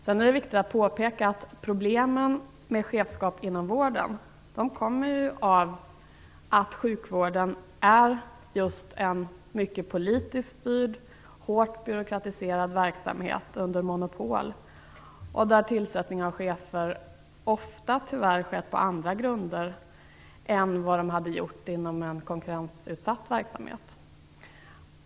Det är viktigt att påpeka att problemen med chefskap inom vården kommer av att sjukvården i hög grad är en politiskt styrd och hårt byråkratiserad monopolverksamhet, där tillsättningen av chefer ofta tyvärr skett på andra grunder än vad de hade gjort inom en konkurrensutsatt verksamhet.